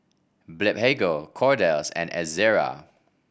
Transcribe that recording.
Blephagel Kordel's and Ezerra